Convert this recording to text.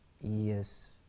Yes